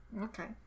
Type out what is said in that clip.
Okay